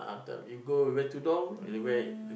you go you wear tudung you wear it